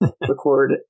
record